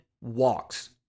walks